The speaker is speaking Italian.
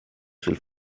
sul